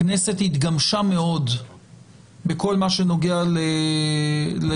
הכנסת התגמשה מאוד בכל מה שנוגע למשטר